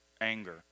anger